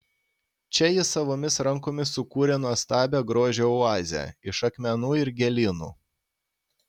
čia ji savomis rankomis sukūrė nuostabią grožio oazę iš akmenų ir gėlynų